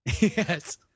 Yes